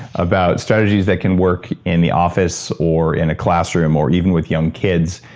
about strategies that can work in the office or in a classroom, or even with young kids,